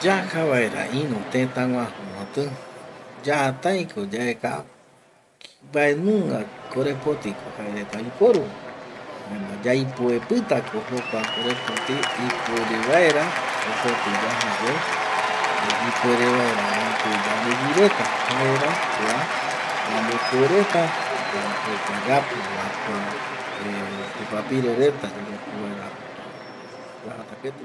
Yaja vaera iru tëta guaju koti yataiko yaeka mbaenunga korepotiko jaereta oiporuva jaema yaipoepitako jokua korepoti ipuere vaera jokoti yaja yae ipuere vaera oipi yandegui reta jaera kua yandepuereta yayapova kua tupapire reta yayapo vaera jokua yajata ketiyae